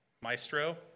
Maestro